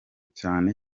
cyane